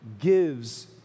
gives